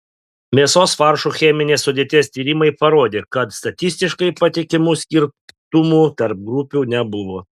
mėsos faršo cheminės sudėties tyrimai parodė kad statistiškai patikimų skirtumų tarp grupių nebuvo